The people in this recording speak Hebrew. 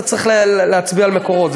אתה צריך להצביע על מקורות.